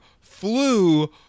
flew